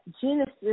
Genesis